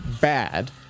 bad